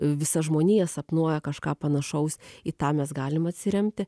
visa žmonija sapnuoja kažką panašaus į tą mes galim atsiremti